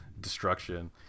destruction